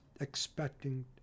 expecting